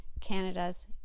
Canada's